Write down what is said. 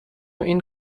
این